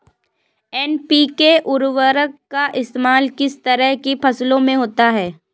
NPK उर्वरक का इस्तेमाल किस तरह की फसलों में होता है?